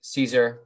Caesar